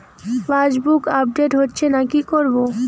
Passbook update হচ্ছেনা কি করবো?